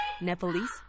Nepalese